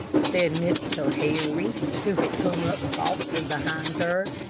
said mr. harry, who had come up softly behind her.